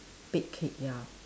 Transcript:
bake cake ya